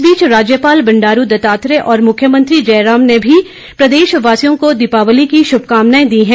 इस बीच राज्यपाल बडारू दत्तात्रेय और मुख्यमंत्री जयराम ठाकुर ने भी प्रदेश वासियों को दीपावली की शुभकामनाएं दी हैं